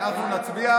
אנחנו נצביע